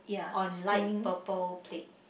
on light purple plate